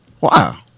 Wow